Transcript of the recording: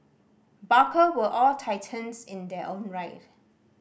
barker were all titans in their own right